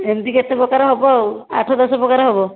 ଏମିତି କେତେ ପ୍ରକାର ହେବ ଆଉ ଆଠ ଦଶ ପ୍ରକାର ହେବ